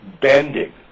bending